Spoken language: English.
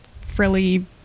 frilly